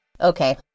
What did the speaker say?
Okay